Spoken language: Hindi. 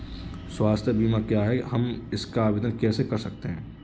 स्वास्थ्य बीमा क्या है हम इसका आवेदन कैसे कर सकते हैं?